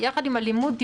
הוא יחד עם "לימוד,